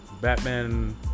Batman